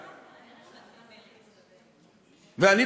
ואני,